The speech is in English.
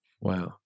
Wow